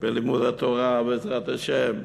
בלימוד התורה, בעזרת השם,